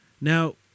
Now